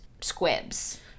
squibs